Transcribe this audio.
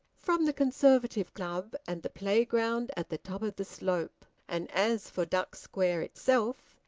from the conservative club and the playground at the top of the slope and as for duck square itself,